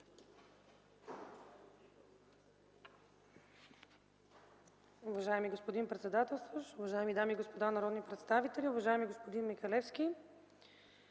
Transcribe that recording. Уважаеми господин председател, уважаеми дами и господа народни представители, уважаеми господин Иванов!